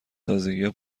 تازگیها